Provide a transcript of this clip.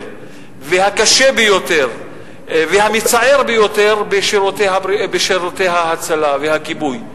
והקשה ביותר והמצער ביותר בשירותי ההצלה והכיבוי.